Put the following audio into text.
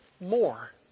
more